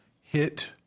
hit